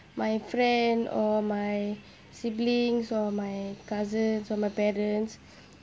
my friend or my siblings or my cousins or my parents